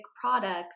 products